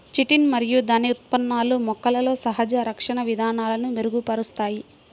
chitin మరియు దాని ఉత్పన్నాలు మొక్కలలో సహజ రక్షణ విధానాలను మెరుగుపరుస్తాయి